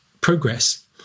progress